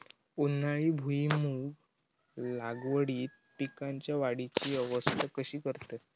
उन्हाळी भुईमूग लागवडीत पीकांच्या वाढीची अवस्था कशी करतत?